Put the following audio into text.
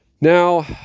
Now